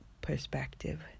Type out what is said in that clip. perspective